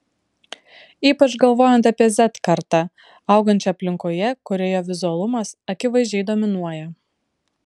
ypač galvojant apie z kartą augančią aplinkoje kurioje vizualumas akivaizdžiai dominuoja